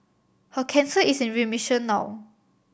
her cancer is in remission now